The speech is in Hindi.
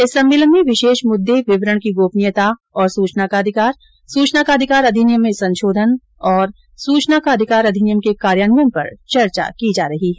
इस सम्मेलन में विशेष मुददे विवरण की गोपनीयता और सूचना का अधिकार सूचना अधिकार अधिनियम में संशोधन और सूचना अधिकार अधिनियम के कार्यान्वयन पर चर्चा की जा रही है